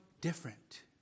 different